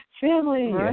Family